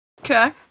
Okay